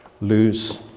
lose